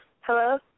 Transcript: Hello